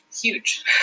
huge